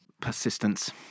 Persistence